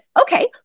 okay